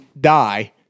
die